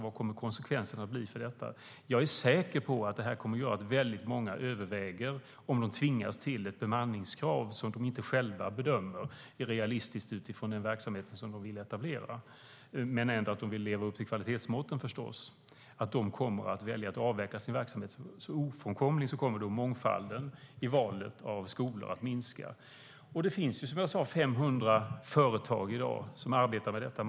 Vad kommer konsekvenserna att bli av detta? Jag är säker på att väldigt många kommer att välja att avveckla sin verksamhet om de tvingas till ett bemanningskrav som de inte själva bedömer är realistiskt utifrån den verksamhet som de vill etablera - men de vill ändå leva upp till kvalitetsmåtten, förstås. Ofrånkomligen kommer då mångfalden i valet av skolor att minska. Det finns, som jag sade, 500 företag i dag som arbetar med detta.